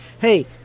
hey